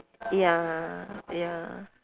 ya ya